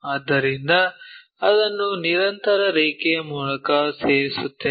ಆದ್ದರಿಂದ ಅದನ್ನು ನಿರಂತರ ರೇಖೆಯ ಮೂಲಕ ಸೇರಿಸುತ್ತೇವೆ